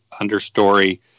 understory